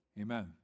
Amen